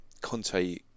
Conte